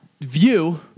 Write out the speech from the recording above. view